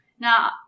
Now